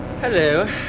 Hello